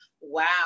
Wow